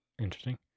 interesting